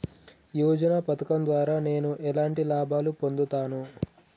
యోజన పథకం ద్వారా నేను ఎలాంటి లాభాలు పొందుతాను?